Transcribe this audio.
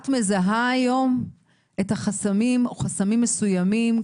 את מזהה היום את החסמים או חסמים מסוימים,